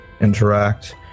interact